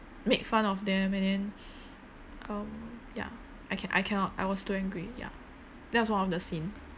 made fun of them and then um ya I ca~ I cannot I was too angry ya that was one of the scene